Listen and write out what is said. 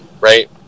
right